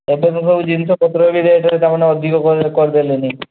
ଏବେ ତ ସବୁ ଜିନିଷ ପତ୍ରରେ ରେଟ୍ ତାମାନେ ଅଧିକ କରି କରି ଦେଲେଣି